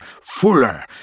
fuller